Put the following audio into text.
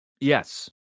yes